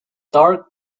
dark